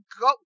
go